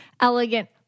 elegant